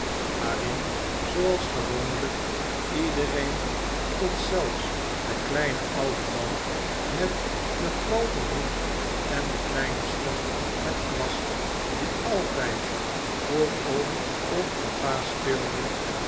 waarin zooals gewoonlp iedereen tot zelfs de kleine oude man met den grooten hoed en de kleine stok met kwast die altp voor oom of papa speelde